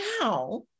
now